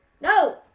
No